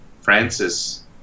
francis